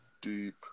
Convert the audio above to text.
deep